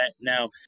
now